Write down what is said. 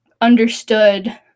understood